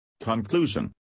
Conclusion